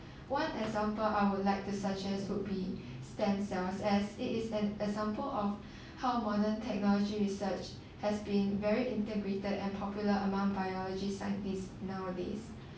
one example I would like to suggest would be stem cells as it is an example of how modern technology research has been very integrated and popular among biology scientists nowadays